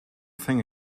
think